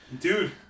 Dude